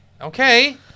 Okay